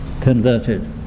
converted